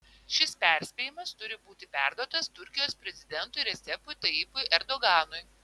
šis perspėjimas turi būti perduotas turkijos prezidentui recepui tayyipui erdoganui